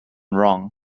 wrong